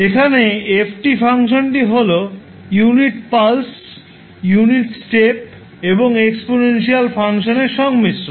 এখানে f ফাংশনটি হল ইউনিট পালস ইউনিট স্টেপ এবং এক্সপনেনশিয়াল ফাংশন এর সংমিশ্রণ